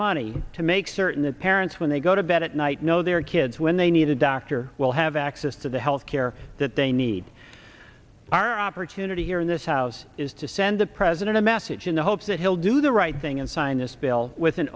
money to make certain that parents when they go to bed at night know their kids when they need a doctor will have access to the health care that they need our opportunity here in this house is to send the president a message in the hopes that he'll do the right ng and sign this bill with an